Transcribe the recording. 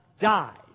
died